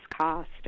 cost